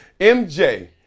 MJ